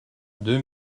deux